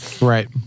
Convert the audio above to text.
Right